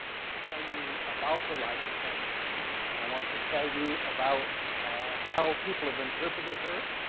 want to tell you about the life of calamity jane, and i want to tell you about how people have interpreted her.